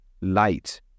Light